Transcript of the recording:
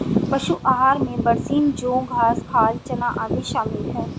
पशु आहार में बरसीम जौं घास खाल चना आदि शामिल है